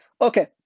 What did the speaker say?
Okay